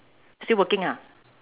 still working ah